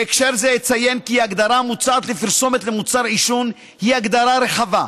בהקשר זה אציין כי ההגדרה המוצעת לפרסומת למוצר עישון היא הגדרה רחבה,